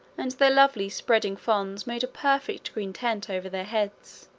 and their lovely spreading fronds made a perfect green tent over their heads.